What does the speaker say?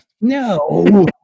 no